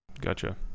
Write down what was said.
Gotcha